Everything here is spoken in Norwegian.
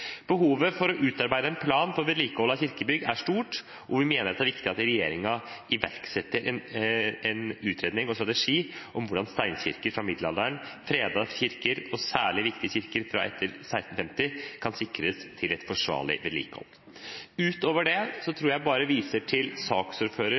Behovet for å utarbeide en plan for vedlikehold av kirkebygg er stort, og vi mener det er viktig at regjeringen iverksetter en utredning og får en strategi om hvordan steinkirker fra middelalderen, fredede kirker og særlig viktige kirker fra etter 1650 kan sikres et forsvarlig vedlikehold. Utover det tror jeg at jeg bare viser til